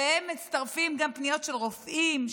שאליהן מצטרפות גם פניות של רופאים,